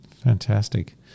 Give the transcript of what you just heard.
Fantastic